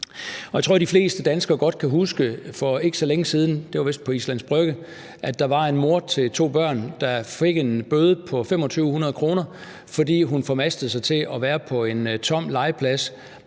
Jeg tror, de fleste danskere godt kan huske, at der for ikke så længe siden – det var vist på Islands Brygge – var en mor med to børn, der fik en bøde på 2.500 kr., fordi hun formastede sig til at være på en tom legeplads,